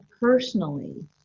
personally